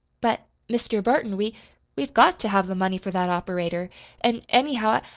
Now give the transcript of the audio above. but, mr. burton, we we've got to have the money for that operator an', anyhow,